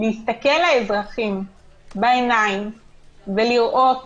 להסתכל לאזרחים בעיניים ולראות